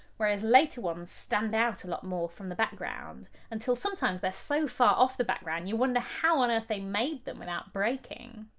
whereas later ones stand out a lot more from the background, until sometimes they're so far off the background you wonder how on earth they made them without breaking!